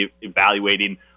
evaluating